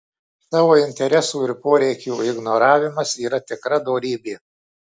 savo interesų ir poreikių ignoravimas yra tikra dorybė